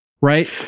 right